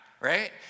right